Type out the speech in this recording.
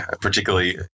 particularly